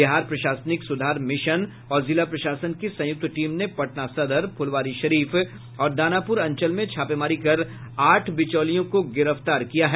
बिहार प्रशासनिक सुधार मिशन और जिला प्रशासन की संयुक्त टीम ने पटना सदर फुलवारीशरीफ और दानापुर अंचल में छापेमारी कर आठ बिचौलियों को गिरफ्तार किया है